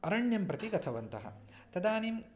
अरण्यं प्रति गतवन्तः तदानीम्